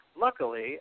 Luckily